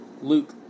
Luke